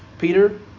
Peter